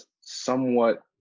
somewhat